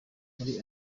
muri